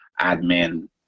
admin